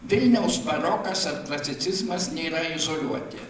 vilniaus barokas ar klasicizmas nėra izoliuoti